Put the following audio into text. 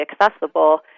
accessible